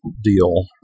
deal